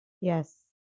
Yes